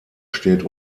steht